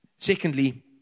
Secondly